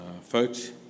Folks